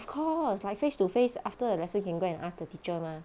of course like face to face after the lesson can go and ask the teacher mah